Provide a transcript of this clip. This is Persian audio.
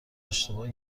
اشتباه